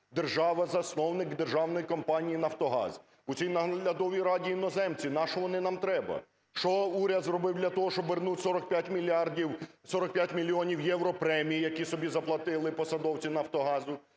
Держава – засновник державної компанії "Нафтогаз". У цій наглядовій раді іноземці. Нащо вони нам треба? Що уряд зробив для того, щоб вернуть 45 мільярдів, 45 мільйонів євро премій, які собі заплатили посадовці "Нафтогазу"?